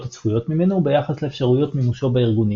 הצפויות ממנו וביחס לאפשרויות מימושו בארגונים.